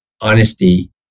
honesty